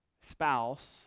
spouse